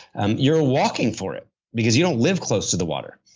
and you are walking for it because you don't live close to the water.